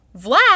Vlad